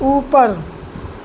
اوپر